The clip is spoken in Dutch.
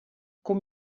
kom